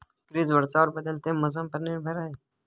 कृषि वर्षा और बदलते मौसम पर निर्भर है